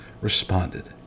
responded